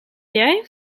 jij